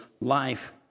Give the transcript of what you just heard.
life